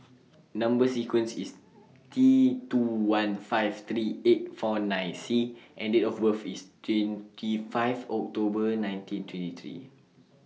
Number sequence IS T two one five three eight four nine C and Date of birth IS twenty five October nineteen twenty three